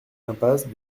impasse